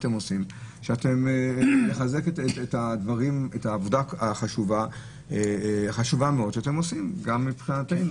שאתם עושים ולחזק את העבודה החשובה מאוד שאתם עושים גם מבחינתנו,